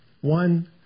One